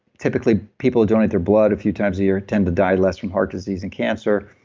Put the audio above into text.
typically people who donate their blood a few times a year tend to die less from heart disease and cancer.